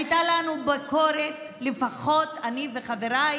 הייתה לנו ביקורת, לפחות אני וחבריי,